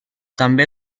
també